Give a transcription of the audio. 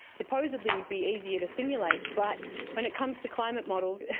supposedly would be easier to simulate, but when it comes to climate models,